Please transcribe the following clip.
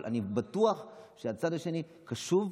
אבל אני בטוח שהצד השני קשוב.